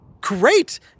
Great